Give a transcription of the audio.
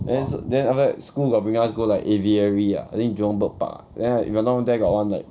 then this that after that school got bring us go like aviary ah I think jurong bird park ah then like if I not wrong there got one like